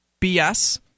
bs